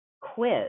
quiz